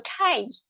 okay